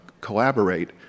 collaborate